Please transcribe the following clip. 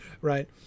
right